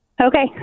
Okay